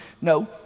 No